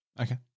Okay